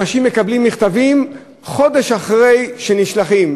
אנשים מקבלים מכתבים חודש אחרי שהם נשלחים.